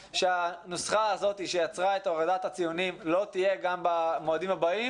שהנוסחה הזו לא תשמש גם במועדים הבאים,